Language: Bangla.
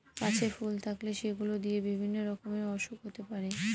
গাছে ফুল থাকলে সেগুলো দিয়ে বিভিন্ন রকমের ওসুখ হতে পারে